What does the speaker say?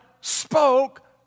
spoke